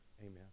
amen